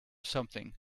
something